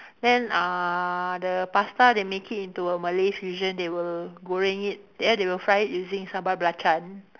then uh the pasta they make it into a Malay fusion they will goreng it then they will fry it using sambal belacan